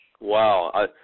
Wow